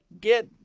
get